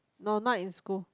no not in school